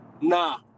Nah